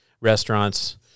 restaurants